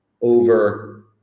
over